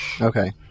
Okay